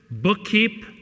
bookkeep